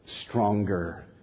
stronger